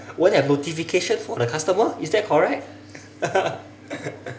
won't have notification for the customer is that correct